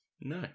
no